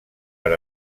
per